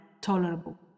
tolerable